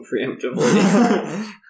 preemptively